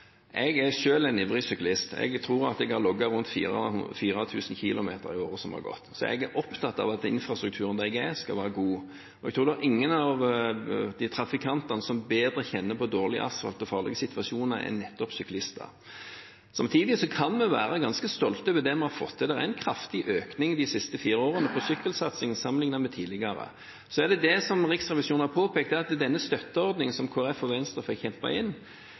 Jeg er selv en ivrig syklist. Jeg tror jeg har logget rundt 4 000 km i året som har gått. Jeg er opptatt av at infrastrukturen der jeg er, skal være god. Jeg tror ikke det er noen av trafikantene som bedre kjenner på dårlig asfalt og farlige situasjoner, enn nettopp syklistene. Samtidig kan vi være ganske stolte over det vi har fått til. Det er en kraftig økning i sykkelsatsing de siste fire årene sammenlignet med tidligere. Det Riksrevisjonen har påpekt, gjelder den støtteordningen som Kristelig Folkeparti og Venstre fikk kjempet inn.